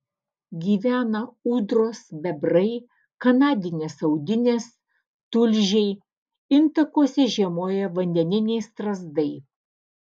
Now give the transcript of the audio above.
gyvena ūdros bebrai kanadinės audinės tulžiai intakuose žiemoja vandeniniai strazdai